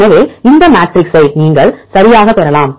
எனவே இந்த மேட்ரிக்ஸை நீங்கள் சரியாகப் பெறலாம்